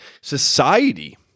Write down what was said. society